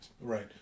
Right